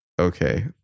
okay